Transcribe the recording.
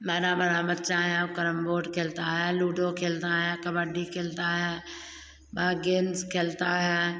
बड़ा बड़ा बच्चा है वह कैरम बोर्ड खेलता है लूडो खेलता है या कबड्डी खेलता है बाहर गेम्स खेलता है